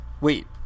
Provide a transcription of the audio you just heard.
wait